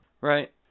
right